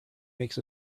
makes